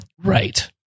Right